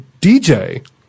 dj